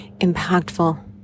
impactful